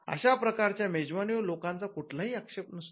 अशा प्रकारच्या मेजवानीवर लोकांचा कुठलाही आक्षेप नसतो